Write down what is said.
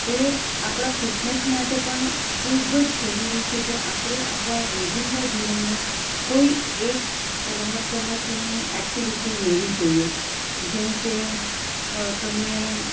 એ આપણાં ફિટનેસ માટે પણ ખૂબ જ જરૂરી છે કે આપણે આપણાં રોજિંદા જીવનમાં કોઈ એક રમતગમતની એક્ટિવિટી લેવી જોઈએ જેમકે તમે એમ